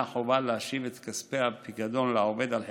חובה להשיב את כספי הפיקדון לעובד על חשבונה,